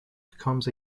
becomes